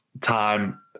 time